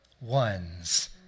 ones